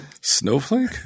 Snowflake